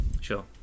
Sure